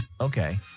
Okay